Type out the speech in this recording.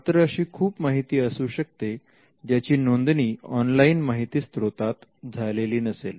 मात्र अशी खूप माहिती असू शकते ज्याची नोंदणी ऑनलाईन माहिती स्त्रोतात झालेली नसेल